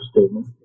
statement